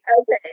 Okay